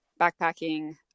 backpacking